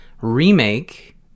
remake